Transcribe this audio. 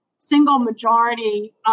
single-majority